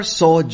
saw